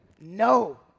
No